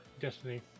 destiny